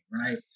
right